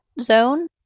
zone